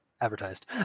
advertised